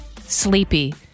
sleepy